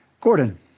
Gordon